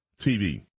TV